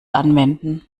anwenden